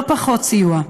לא פחות סיוע.